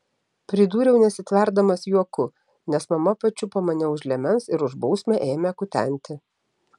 pridūriau nesitverdamas juoku nes mama pačiupo mane už liemens ir už bausmę ėmė kutenti